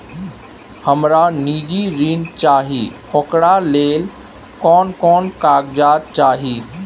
हमरा निजी ऋण चाही ओकरा ले कोन कोन कागजात चाही?